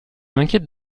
m’inquiète